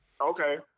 Okay